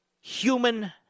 human